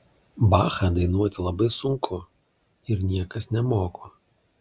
bachą dainuoti labai sunku ir niekas nemoko